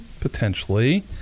potentially